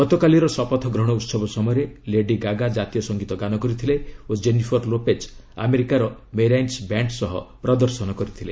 ଗତକାଲିର ଶପଥ ଗ୍ରହଣ ଉତ୍ସବ ସମୟରେ ଲେଡି ଗାଗା ଜାତୀୟ ସଙ୍ଗୀତ ଗାନ କରିଥିଲେ ଓ ଜେନିଫର ଲୋପେକ୍ ଆମେରିକାର ମେରାଇନ୍ ବ୍ୟାଣ୍ଡ୍ ସହ ପ୍ରଦର୍ଶନ କରିଥିଲେ